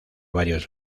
varios